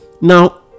now